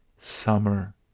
Summer